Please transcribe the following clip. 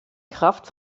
kraft